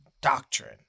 doctrine